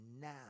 Now